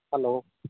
hello